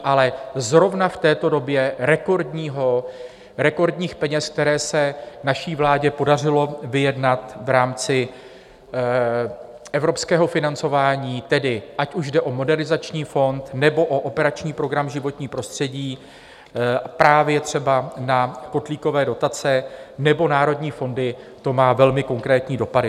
Ale zrovna v této době rekordních peněz, které se naší vládě podařilo vyjednat v rámci evropského financování, tedy ať už jde o Modernizační fond, nebo o Operační program Životní prostředí, právě třeba na kotlíkové dotace nebo národní fondy, to má konkrétní dopady.